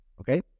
Okay